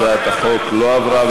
הצעת החוק לא עברה.